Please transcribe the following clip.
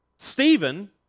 Stephen